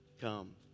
come